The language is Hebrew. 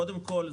קודם כול,